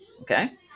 Okay